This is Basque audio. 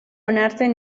onartzen